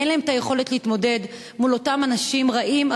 אין להם היכולת להתמודד מול אותם אנשים רעים,